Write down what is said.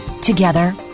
Together